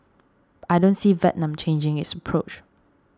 I don't see Vietnam changing its approach